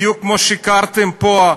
בדיוק כמו ששיקרתם פה,